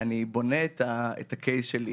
אני בונה את ה-case שלי,